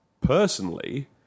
personally